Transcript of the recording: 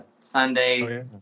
Sunday